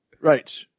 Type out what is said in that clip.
Right